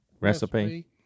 recipe